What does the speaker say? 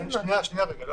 שנייה, שנייה, רגע.